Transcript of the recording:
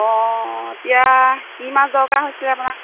অঁ এতিয়া কি মাছ দৰকাৰ হৈছিল আপোনাক